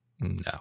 no